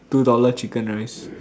two dollar chicken rice